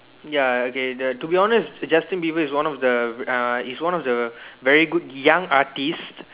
ya okay the to be honest Justin-Bieber is one of the uh is one of the very good young artist